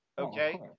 okay